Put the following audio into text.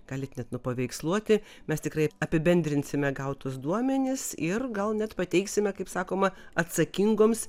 galit net nupaveiksluoti mes tikrai apibendrinsime gautus duomenis ir gal net pateiksime kaip sakoma atsakingoms